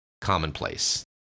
commonplace